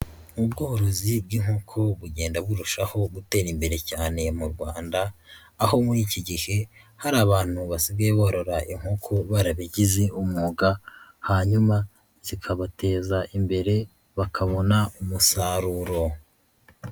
Ubworozi bw'inkoko bugenda burushaho gutera imbere cyane mu Rwanda, aho muri iki gihe hari abantu basigaye borora inkoko barabigize umwuga, hanyuma zikabateza imbere bakabona umusaruro.